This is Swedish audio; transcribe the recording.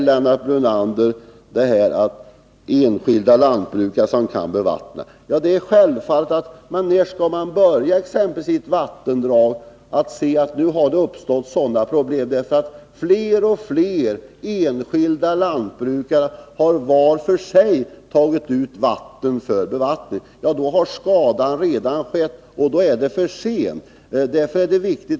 Lennart Brunander säger att enskilda lantbrukare måste kunna ta ut vatten för bevattning. Det är självklart, men när man finner att ett stort antal enskilda lantbrukare var för sig har tagit ut vatten för bevattning, har skadan redan skett och då är det alltså för sent.